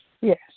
Yes